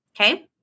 okay